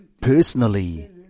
personally